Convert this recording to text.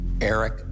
Eric